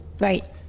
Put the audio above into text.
Right